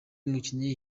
umukinnyi